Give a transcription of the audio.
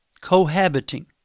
cohabiting